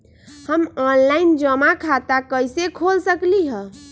हम ऑनलाइन जमा खाता कईसे खोल सकली ह?